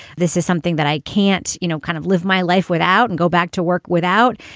this is something that i can't, you know, kind of live my life without and go back to work without.